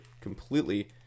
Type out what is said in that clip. completely